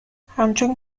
همچون